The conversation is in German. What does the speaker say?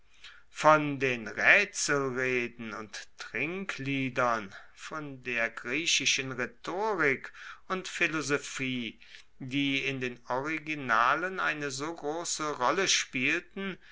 von den raetselreden und trinkliedern von der griechischen rhetorik und philosophie die in den originalen eine so grosse rolle spielten